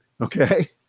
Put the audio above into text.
okay